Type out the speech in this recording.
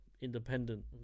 independent